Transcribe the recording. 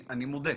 אני מודה,